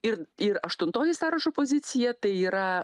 ir ir aštuntoji sąrašo pozicija tai yra